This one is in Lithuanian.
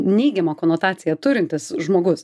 neigiamą konotaciją turintis žmogus